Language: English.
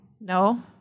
No